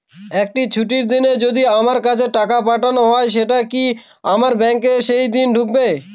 একটি ছুটির দিনে যদি আমার কাছে টাকা পাঠানো হয় সেটা কি আমার ব্যাংকে সেইদিন ঢুকবে?